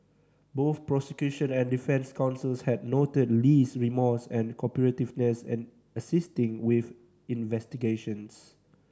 both prosecution and defence counsels had noted Lee's remorse and cooperativeness in assisting with investigations